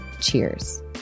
cheers